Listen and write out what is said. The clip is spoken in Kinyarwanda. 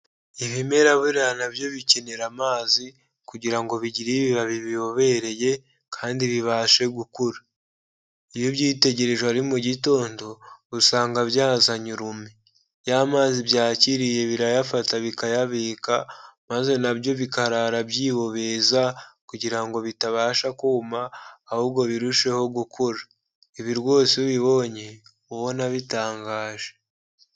Ibimera buriya nabyo bikenera amazi kugira ngo bigire ibi babi bibobereye kandi bibashe gukura. Iyo ubyitegereje ari mu gitondo usanga byazanye urume. Ya mazi byakiriye birayafata bikayabika maze na byo bikarara byihubeza kugira ngo bitabasha kuma ahubwo birusheho gukura. Ibi rwose iyo ubibonye uba ubona bitangaje.